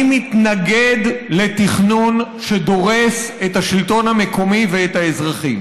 אני מתנגד לתכנון שדורס את השלטון המקומי ואת האזרחים,